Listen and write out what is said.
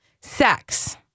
sex